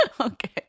Okay